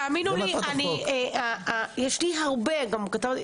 תאמינו לי, יש לי הרבה נקודות.